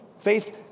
Faith